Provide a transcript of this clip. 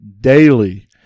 daily